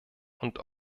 und